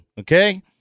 Okay